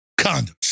condoms